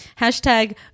hashtag